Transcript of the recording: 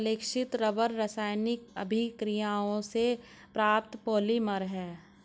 संश्लेषित रबर रासायनिक अभिक्रियाओं से प्राप्त पॉलिमर है